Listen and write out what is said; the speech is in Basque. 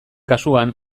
kasuan